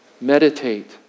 meditate